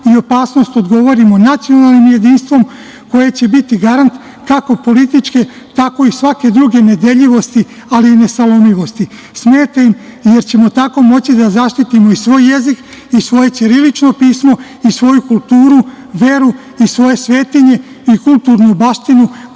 i patnju odgovorimo, nacionalnim jedinstvom koje će biti garant kako političke i svake druge nedeljivosti, ali i nesalomivosti. Smeta im, jer ćemo tako moći da zaštitimo svoj jezik i svoje ćirilično pismo i svoju kulturu, veru i svoje svetinje i kulturne baštine,